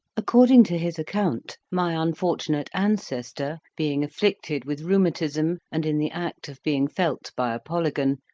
according to his account, my unfortunate ancestor, being afflicted with rheumatism, and in the act of being felt by a polygon,